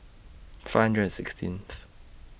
five hundred and sixteenth